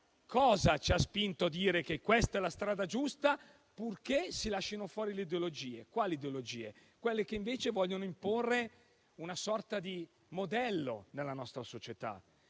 cosa ci ha spinto a dire che questa è la strada giusta purché si lascino fuori le ideologie? A quali ideologie facciamo riferimento? A quelle che invece vogliono imporre una sorta di modello nella nostra società;